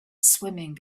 swimming